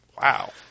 Wow